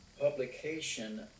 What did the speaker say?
publication